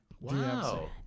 Wow